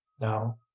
Now